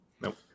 nope